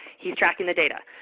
he's tracking the data.